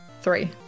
three